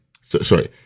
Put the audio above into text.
sorry